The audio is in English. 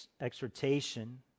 exhortation